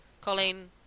Colleen